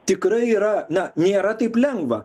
tikrai yra na nėra taip lengva